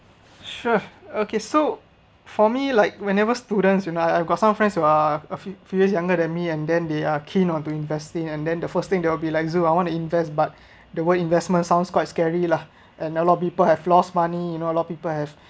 sure okay so for me like whenever students you know I've got some friends who are a few few years younger than me and then they are keen onto investing and then the first thing they will be like zoo I want to invest but the word investment sounds quite scary lah and a lot of people have lost money you know a lot people have